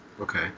Okay